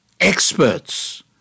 experts